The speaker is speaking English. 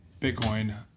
Bitcoin